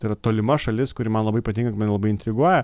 tai yra tolima šalis kuri man labai pati mane labai intriguoja